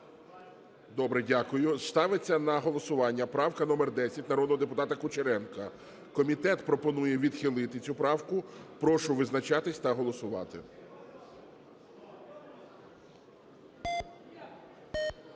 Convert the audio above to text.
Добре. Дякую. Ставиться на голосування правка номер 10 Кучеренка. Комітет пропонує відхилити цю правку. Прошу визначатись та голосувати.